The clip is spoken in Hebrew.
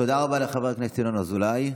תודה רבה לחבר הכנסת ינון אזולאי,